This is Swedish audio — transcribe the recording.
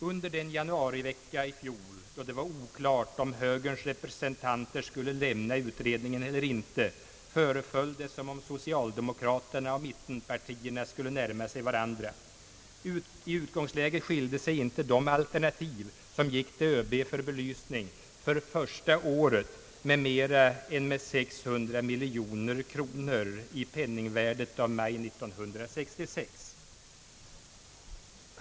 Under den januarivecka i fjol då det var oklart om högerns representanter skulle lämna utredningen eller inte föreföll det som om socialdemokraterna och mittenpartierna skulle närma sig varandra. I utgångsläget skilde sig inte de alternativ som gick till ÖB för belysning för första året med mera än med 60 miljoner kronor i penningvärdet av maj 1966.